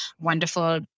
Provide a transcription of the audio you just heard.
wonderful